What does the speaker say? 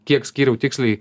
kiek skyriau tiksliai